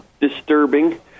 disturbing